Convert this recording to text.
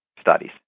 studies